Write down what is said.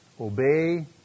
Obey